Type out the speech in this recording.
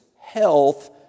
health